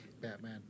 Batman